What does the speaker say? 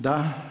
Da.